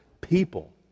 people